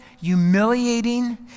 humiliating